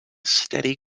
steady